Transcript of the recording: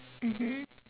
mmhmm